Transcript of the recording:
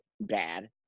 Bad